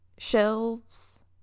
Shelves